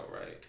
right